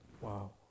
Wow